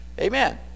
Amen